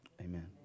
Amen